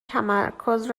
تمرکز